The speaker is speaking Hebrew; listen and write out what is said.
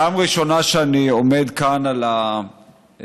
פעם ראשונה שאני עומד כאן על הפודיום,